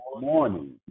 morning